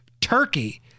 Turkey